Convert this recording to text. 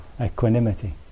equanimity